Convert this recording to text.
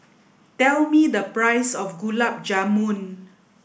tell me the price of Gulab Jamun